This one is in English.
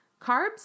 Carbs